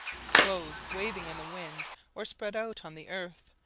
clothes waving in the wind or spread out on the earth,